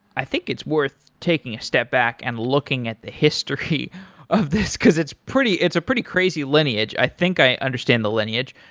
i think it's worth taking a step back and looking at the history of this, because it's it's a pretty crazy lineage. i think i understand the lineage.